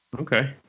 Okay